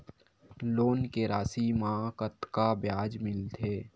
Loan के राशि मा कतका ब्याज मिलथे?